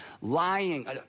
Lying